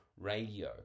radio